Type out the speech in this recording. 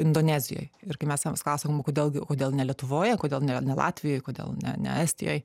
indonezijoj ir kai mes jiems klausiam o kodėl gi o kodėl ne lietuvoje kodėl ne ne latvijoj kodėl ne ne estijoj